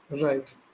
Right